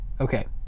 Okay